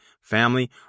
Family